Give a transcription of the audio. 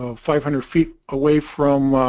ah five hundred feet away from